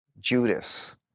Judas